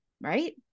Right